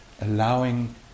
Allowing